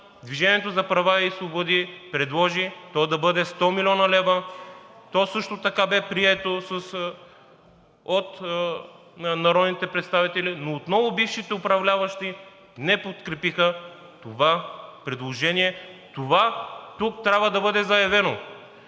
„Движение за права и свободи“ предложи то да бъде 100 млн. лв. То също така бе прието от народните представители, но отново бившите управляващи не подкрепиха това предложение. Това тук трябва да бъде заявено,